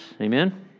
amen